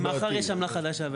כי מחר יש עמלה חדשה.